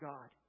God